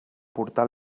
portar